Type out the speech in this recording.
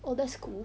oh that's cool